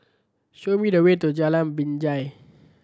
show me the way to Jalan Binjai